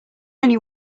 only